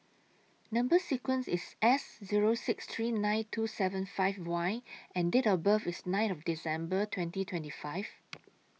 Number sequence IS S Zero six three nine two seven five Y and Date of birth IS nine December twenty twenty five